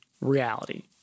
reality